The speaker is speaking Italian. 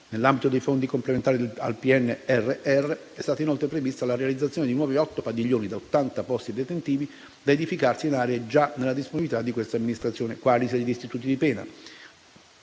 nell'ambito dei fondi complementari al PNRR, è stata inoltre prevista la realizzazione di nuovi otto padiglioni da 80 posti detentivi, da edificarsi in aree già nella disponibilità di quest'amministrazione, quali sedi di istituti di pena,